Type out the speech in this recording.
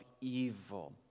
evil